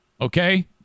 Okay